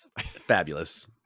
Fabulous